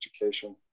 education